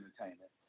entertainment